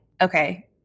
okay